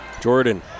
jordan